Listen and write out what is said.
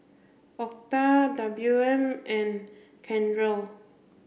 Octa W M and Kendell